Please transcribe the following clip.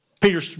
Peter